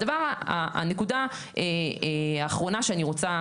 והנקודה האחרונה שאני רוצה